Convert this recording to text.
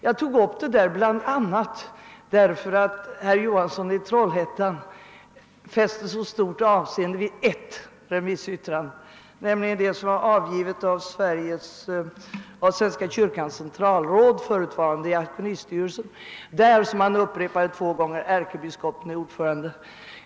Jag tog upp frågan bl a. därför att herr Johansson i Trollhättan fäste så stort avseende vid ett remissyttrande, nämligen det som avgivits av Svenska kyrkans centralråd, förutvarande Diakonistyrelsen, vari — som herr Johansson påpekade två gånger — ärkebiskopen är ordförande.